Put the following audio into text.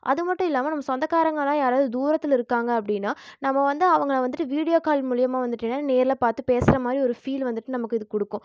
அது மட்டும் இல்லாமல் நம்ம சொந்தக்காரவங்களாம் யாராவது தூரத்தில் இருக்காங்க அப்படின்னா நம்ம வந்து அவங்களை வந்துவிட்டு வீடியோ கால் மூலியமாக வந்துவிட்டு என்னன்னா நேரில் பார்த்து பேசுகிற மாதிரி ஒரு ஃபீல் வந்துவிட்டு நமக்கு இது கொடுக்கும்